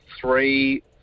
three